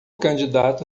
candidato